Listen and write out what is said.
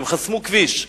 הם חסמו כביש.